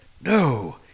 No